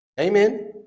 Amen